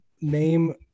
Name